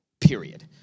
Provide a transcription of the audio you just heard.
period